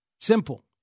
Simple